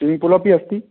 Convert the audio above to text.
swimming pool अपि अस्ति